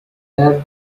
dared